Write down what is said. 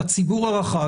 הציבור הרחב,